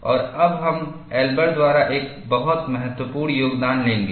और अब हम एल्बर द्वारा एक बहुत महत्वपूर्ण योगदान लेंगे